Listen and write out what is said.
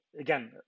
again